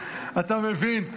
כל הכבוד לך, אתה מבין?